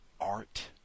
art